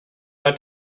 hat